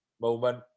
moment